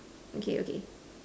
okay okay